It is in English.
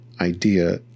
idea